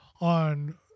on